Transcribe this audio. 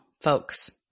folks